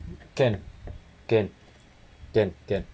can can can can